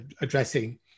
addressing